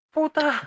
Puta